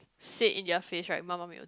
say it in their face right 妈妈没有教